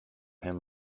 him